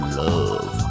love